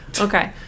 Okay